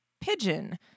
Pigeon